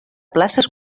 places